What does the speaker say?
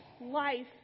life